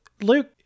Luke